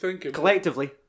Collectively